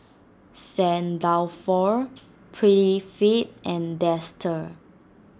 Saint Dalfour Prettyfit and Dester